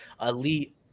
elite